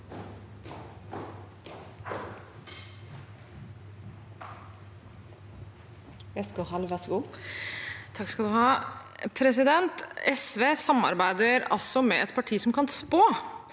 SV samarbei- der altså med et parti som kan spå.